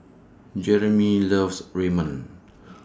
Jeremy loves Ramen